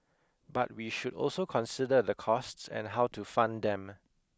but we should also consider the costs and how to fund them